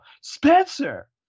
Spencer